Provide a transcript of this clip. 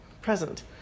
present